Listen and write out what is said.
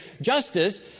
justice